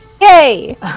Yay